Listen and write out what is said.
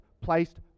placed